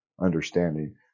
understanding